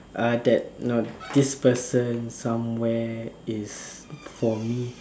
uh that know this person somewhere is for me